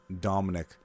Dominic